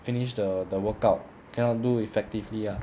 finish the the workout cannot do effectively ah